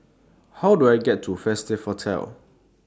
How Do I get to Festive Hotel